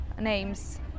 names